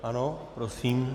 Ano, prosím.